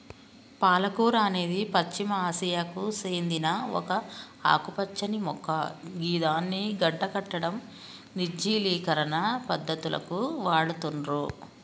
పాలకూర అనేది పశ్చిమ ఆసియాకు సేందిన ఒక ఆకుపచ్చని మొక్క గిదాన్ని గడ్డకట్టడం, నిర్జలీకరణ పద్ధతులకు వాడుతుర్రు